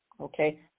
Okay